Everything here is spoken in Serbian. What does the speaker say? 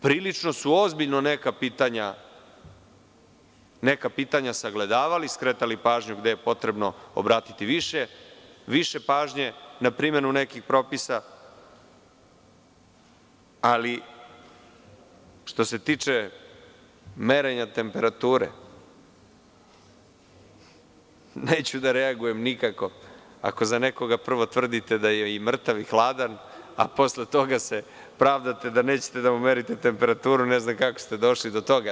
Prilično su ozbiljno neka pitanja sagledavali, skretali pažnju gde je potrebno obratiti više pažnje, mislim na neke propise, ali što se tiče merenja temperature, neću da reagujem nikako, jer ako za nekoga prvo tvrdite da je i mrtav i hladan, a posle toga se pravdate da nećete da mu merite temperaturu, ne znam kako ste uopšte došli do toga.